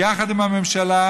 יחד עם הממשלה,